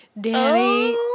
Danny